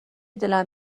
دلم